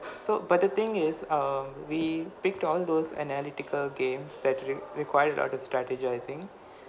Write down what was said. so but the thing is err we picked all those analytical games that re~ required all the strategising